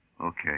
Okay